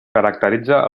caracteritza